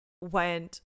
went